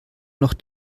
noch